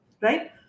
right